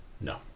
No